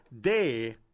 day